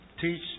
teach